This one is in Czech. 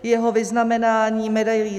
Jeho vyznamenání medailí